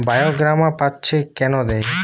বায়োগ্রামা গাছে কেন দেয়?